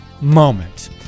moment